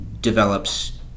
develops